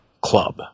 club